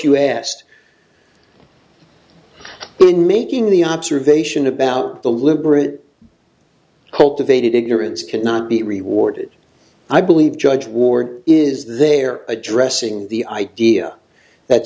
you asked in making the observation about the liberal cultivated ignorance cannot be rewarded i believe judge ward is there addressing the idea that